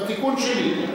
תסכים, בילסקי.